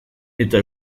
eta